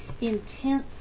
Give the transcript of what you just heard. intense